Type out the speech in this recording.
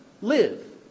live